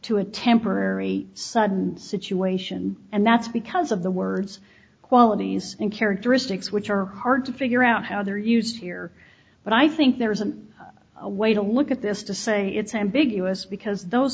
to a temporary sudden situation and that's because of the words qualities and characteristics which are hard to figure out how they're used here but i think there is a way to look at this to say it's ambiguous because those